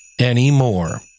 anymore